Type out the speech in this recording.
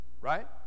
right